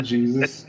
Jesus